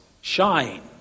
shine